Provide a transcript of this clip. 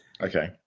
Okay